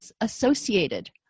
associated